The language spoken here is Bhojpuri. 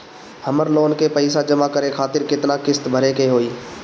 हमर लोन के पइसा जमा करे खातिर केतना किस्त भरे के होई?